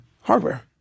hardware